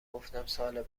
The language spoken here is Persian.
گفتم، سال